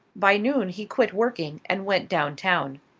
by noon he quit working and went down town.